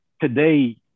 today